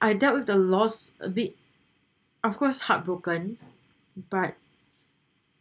I dealt with the lost a bit of course heartbroken but